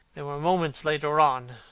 there were moments, later on,